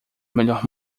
melhor